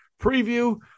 preview